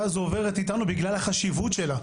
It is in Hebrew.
הזו עוברת איתנו בגלל החשיבות שלה,